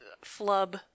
flub